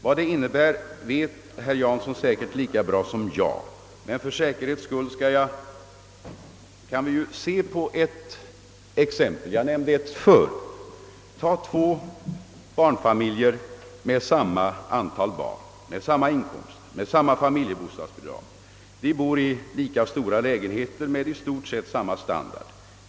Vad det innebär vet herr Jansson säkert lika bra som jag, men för säkerhets skull kan vi ju ta ytterligare ett exempel — jag nämnde ett förut. Ta två barnfamiljer med samma antal barn, med samma inkomster och med samma familjebostadsbidrag. De bor i lika stora lägenheter med i stort sett samma standard.